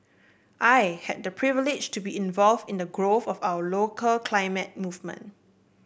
I had the privilege to be involve in the growth of our local climate movement